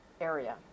area